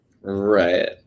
Right